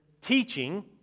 teaching